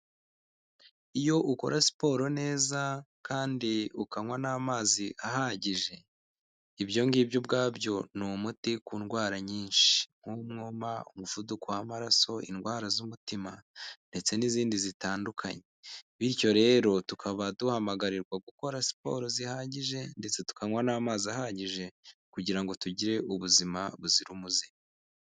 Iyo ukora siporo neza kandi ukanywa n'amazi ahagije, ibyongibyo ubwabyo ni umuti ku ndwara nyinshi nk'umwoma, umuvuduko w'amaraso, indwara z'umutima, ndetse n'izindi zitandukanye. Bityo rero tukaba duhamagarirwa gukora siporo zihagije ndetse tukanywa n'amazi ahagije kugira ngo tugire ubuzima buzira umuze.